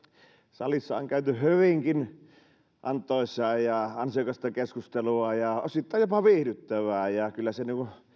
salissa on käyty hyvinkin antoisaa ja ansiokasta keskustelua ja osittain jopa viihdyttävää kyllä se